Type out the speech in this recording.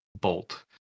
bolt